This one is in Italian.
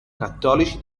cattolici